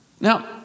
Now